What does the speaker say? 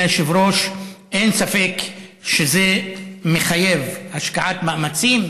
אדוני היושב-ראש, אין ספק שזה מחייב השקעת מאמצים.